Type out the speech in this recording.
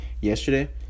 yesterday